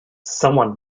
someone